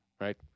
Right